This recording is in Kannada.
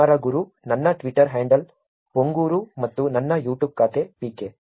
ಕುಮಾರಗುರು ನನ್ನ ಟ್ವಿಟರ್ ಹ್ಯಾಂಡಲ್ ಪೊಂಗೂರು ಮತ್ತು ನನ್ನ ಯೂಟ್ಯೂಬ್ ಖಾತೆ ಪಿಕೆ